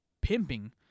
pimping